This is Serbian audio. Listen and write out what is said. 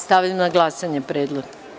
Stavljam na glasanje ovaj predlog.